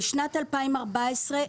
בשנת 2014,